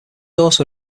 also